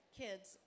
kids